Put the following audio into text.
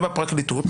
במשטרה ובפרקליטות,